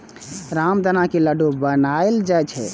रामदाना के लड्डू बनाएल जाइ छै